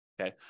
okay